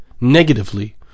negatively